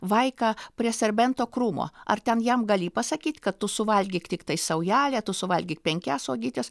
vaiką prie serbento krūmo ar ten jam gali pasakyt kad tu suvalgyk tiktai saujelė tu suvalgyk penkias uogytės